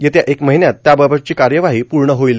येत्या एक महिन्यात त्याबाबतची कार्यवाही पूर्ण होईल